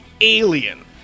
alien